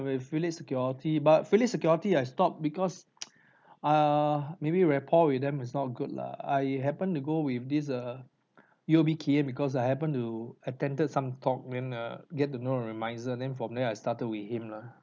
with Phillip Securities but Phillip Securities I stopped because err maybe rapport with them is not good lah I happened to go with this err U_O_B Kay Hian because I happened to attended some talk then err get to know a remisier then from there I started with him lah